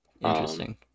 Interesting